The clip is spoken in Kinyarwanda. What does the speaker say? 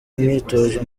imyitozo